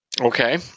Okay